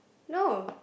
no